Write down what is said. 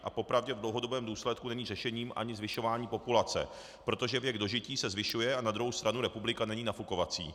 A po pravdě v dlouhodobém důsledku není řešením ani zvyšování populace, protože věk dožití se zvyšuje a na druhou stranu republika není nafukovací.